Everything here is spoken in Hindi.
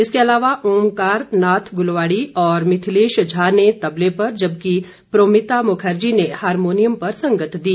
इसके अलावा ओमकार नाथ गूलवाड़ी और मिथिलेश झा ने तबले पर जबकि परोमिता मुखर्जी ने हारमोनियम पर संगत दी